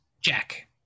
Jack